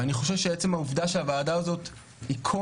ואני חושב שעצם העובדה שהוועדה הזאת היא כה